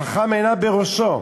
החכם עיניו בראשו.